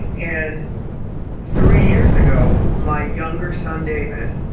and three years ago, my younger son, david,